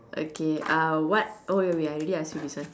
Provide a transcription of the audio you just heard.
okay uh what oh wait wait I already asked you this one